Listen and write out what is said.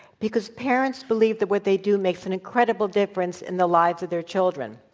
because parents believe that what they do makes an incredible difference in the lives of their children.